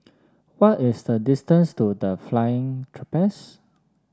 what is the distance to The Flying Trapeze